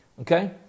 Okay